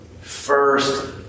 first